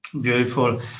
Beautiful